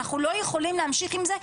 אנחנו לא יכולים להמשיך עם זה,